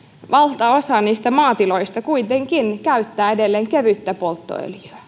valtaosa niistä maatiloista kuitenkin käyttää edelleen kevyttä polttoöljyä